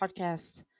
podcast